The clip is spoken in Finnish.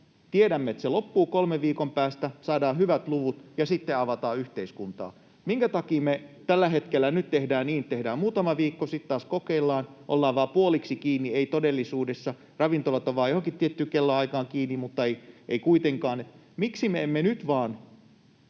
tiedämme, että se loppuu kolmen viikon päästä, saadaan hyvät luvut ja sitten avataan yhteiskuntaa? Minkä takia me tällä hetkellä tehdään niin, että tehdään muutama viikko ja sitten taas kokeillaan; ollaan vain puoliksi kiinni, ei todellisuudessa; ravintolat ovat vain johonkin tiettyyn kellonaikaan kiinni mutta eivät kuitenkaan? Miksi me emme nyt vain